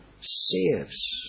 saves